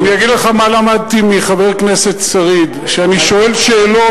אני אגיד לך מה למדתי מחבר הכנסת שריד: כשאני שואל שאלות,